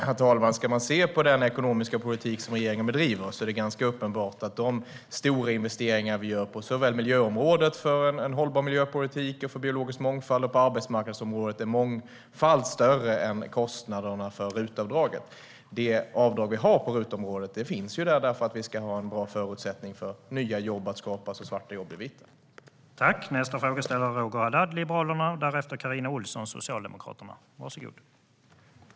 Herr talman! För den som ser på den ekonomiska politik som regeringen bedriver är det ganska uppenbart att de stora investeringar vi gör såväl på miljöområdet för en hållbar miljöpolitik och biologisk mångfald som på arbetsmarknadsområdet är mångfalt större än kostnaderna för RUT-avdraget. Det avdrag vi har på RUT-området finns där för att vi ska ha en bra förutsättning för nya jobb att skapas och för svarta jobb att bli vita.